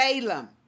Balaam